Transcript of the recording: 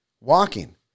walking